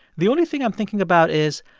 the only thing i'm thinking about is,